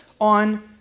on